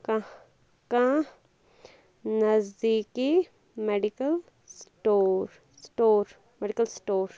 کانٛہہ کانٛہہ نزدیٖکی medical store store medical store